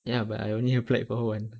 ya but I only applied for one